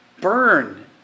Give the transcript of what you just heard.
Burn